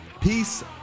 Peace